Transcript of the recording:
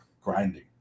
grinding